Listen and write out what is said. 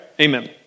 Amen